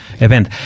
event